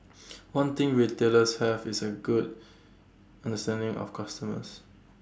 one thing retailers have is A good understanding of customers